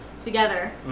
together